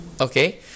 Okay